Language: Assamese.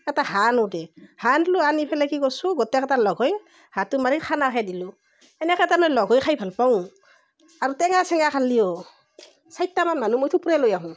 এটা হাঁহ আনো দে হাঁহ আনলো আনি পেলাই কি কৰিছোঁ গোটেইকেইটা লগ হৈ হাঁহটো মাৰি খানা খাই দিলোঁ এনেকৈ তাৰমানে লগ হৈ খাই ভাল পাওঁ আৰু টেঙা চেঙা খালেও চাইটামান মানুহ মই থুপৰাই লৈ আহোঁ